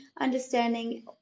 understanding